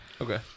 Okay